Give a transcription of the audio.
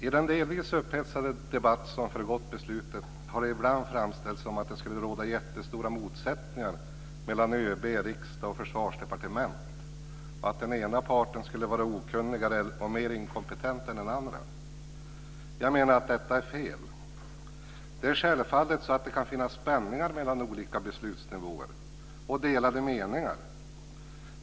I den delvis upphetsade debatt som föregått beslutet har det ibland framställts som att det skulle råda jättestora motsättningar mellan ÖB, riksdagen och Försvarsdepartementet och att den ena parten skulle vara okunnigare och mer inkompetent än den andra. Jag menar att detta är fel. Det kan självfallet finnas spänningar mellan olika beslutsnivåer och delade meningar.